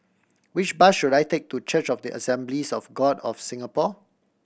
which bus should I take to Church of the Assemblies of God of Singapore